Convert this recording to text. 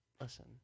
Listen